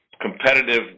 competitive